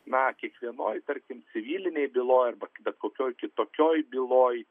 na kiekvienoj tarkim civilinėj byloj arba bet kokioj kitokioj byloj